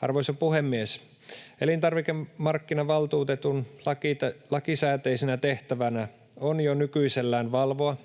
Arvoisa puhemies! Elintarvikemarkkinavaltuutetun lakisääteisenä tehtävänä on jo nykyisellään valvoa,